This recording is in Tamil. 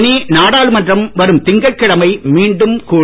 இனி நாடாளுமன்றம் வரும் திங்கட்கிழமை மீண்டும் கூடும்